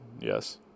yes